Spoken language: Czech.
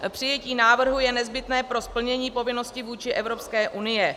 Přijetí návrhu je nezbytné pro splnění povinnosti vůči Evropské unii.